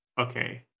okay